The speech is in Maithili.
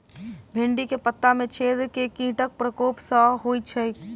भिन्डी केँ पत्ता मे छेद केँ कीटक प्रकोप सऽ होइ छै?